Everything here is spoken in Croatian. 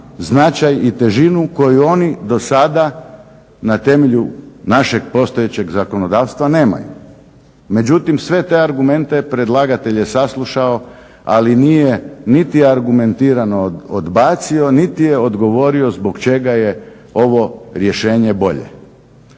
značaj i težinu koju oni do sada na temelju našeg postojećeg zakonodavstva nemaju. Međutim, sve te argumente predlagatelj je saslušao ali nije niti argumentirano odbacio, niti je odgovorio zbog čega je ovo rješenje bolje.